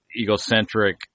egocentric